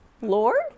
Lord